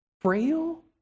frail